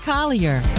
Collier